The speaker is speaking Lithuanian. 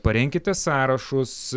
parenkite sąrašus